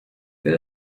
wäre